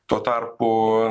tuo tarpu